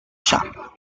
shop